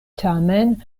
tamen